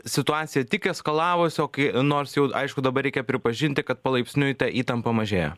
situacija tik eskalavosi o kai nors jau aišku dabar reikia pripažinti kad palaipsniui ta įtampa mažėja